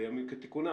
בימים כתיקונם,